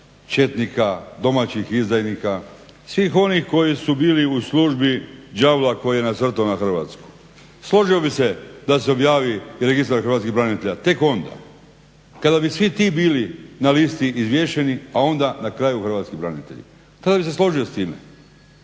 četnika, domaćih izdajnika, svih onih koji su bili u službi đavla koji je nasrtao na Hrvatsku. Složio bih se da se objavi registar hrvatskih branitelja tek onda kada bi svi ti bili na listi izvješeni, a onda na kraju hrvatski branitelji. Tada bih se složio s time.